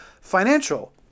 financial